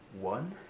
one